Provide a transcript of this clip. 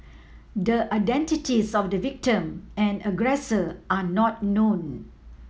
the identities of the victim and aggressor are not known